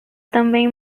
também